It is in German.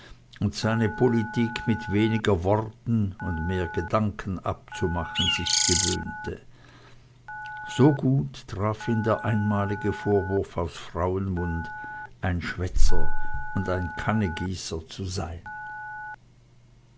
und seine politik mit weniger worten und mehr gedanken abzumachen sich gewöhnte so gut traf ihn der einmalige vorwurf aus frauenmund ein schwätzer und kannegießer zu sein